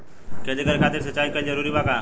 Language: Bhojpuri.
खेती करे खातिर सिंचाई कइल जरूरी बा का?